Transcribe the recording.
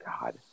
God